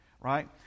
right